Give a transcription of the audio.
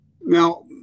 Now